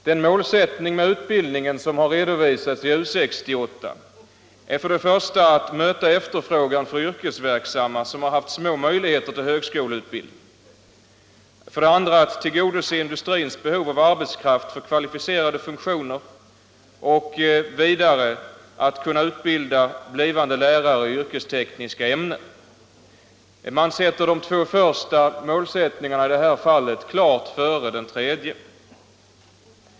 De målsättningar för utbildningen som har redovisats i U 68 är för det första att möta efterfrågan från yrkesverksamma som har haft små möjligheter till högskoleutbildning, för det andra att tillgodose industrins behov av arbetskraft för kvalificerade funktioner och för det tredje att kunna utbilda blivande lärare i yrkestekniska ämnen. Man sätter de två första målsättningarna klart före den tredje.